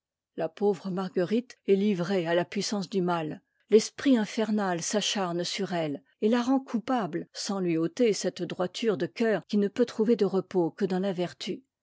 la pauvre marguerite est livrée à la puissance du mal l'esprit infernal s'acharne sur elle et la rend coupable sans lui ôter cette droiture de cœur qui ne peut trouver de repos que dans la vertu